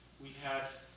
we had